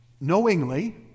knowingly